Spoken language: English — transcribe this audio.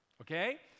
okay